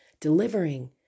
delivering